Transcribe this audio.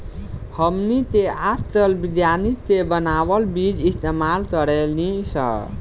हमनी के आजकल विज्ञानिक के बानावल बीज इस्तेमाल करेनी सन